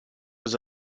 was